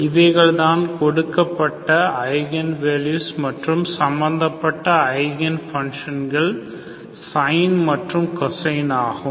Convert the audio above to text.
இவைகள்தான் கொடுக்கப்பட்ட eigen values மற்றும் சம்பந்தப்பட்ட ஐகன் ஃபங்ஷன் sine மற்றும் cosine ஆகும்